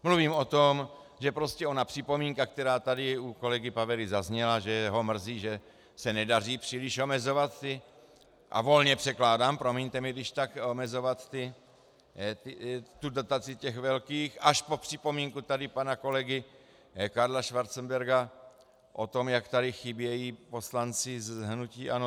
Mluvím o tom, že prostě ona připomínka, která tady u kolegy Pavery zazněla, že jeho mrzí, že se nedaří příliš omezovat, a volně překládám, promiňte mi když tak, omezovat tu dotaci těch velkých, až po připomínku tady pana kolegy Karla Schwarzenberga o tom, jak tady chybějí poslanci z hnutí ANO.